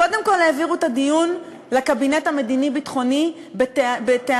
קודם כול העבירו את הדיון לקבינט המדיני-ביטחוני בטענה